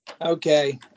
Okay